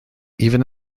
even